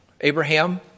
Abraham